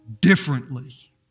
differently